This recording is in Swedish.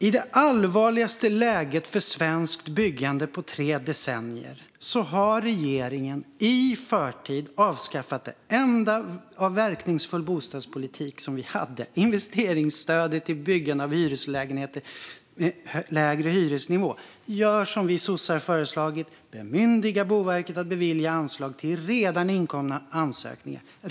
I det allvarligaste läget för svenskt byggande på tre decennier har regeringen i förtid avskaffat det enda av verkningsfull bostadspolitik vi hade: investeringsstödet till byggande av hyreslägenheter med lägre hyresnivå. Gör som vi sossar föreslagit och bemyndiga Boverket att bevilja anslag till redan inkomna ansökningar.